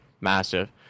massive